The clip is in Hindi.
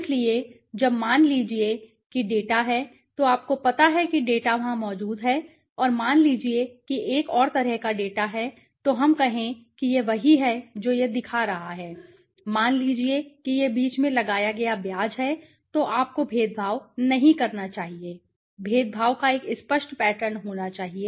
इसी तरह जब मान लीजिए कि डेटा है तो आपको पता है कि डेटा वहां मौजूद है और मान लीजिए कि एक और तरह का डेटा है तो हम कहें कि यह वही है जो यह दिखा रहा है मान लीजिए कि यह बीच में लगाया गया ब्याज है तो आपको भेदभाव नहीं करना चाहिए भेदभाव का एक स्पष्ट पैटर्न होना चाहिए